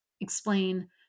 explain